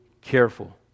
careful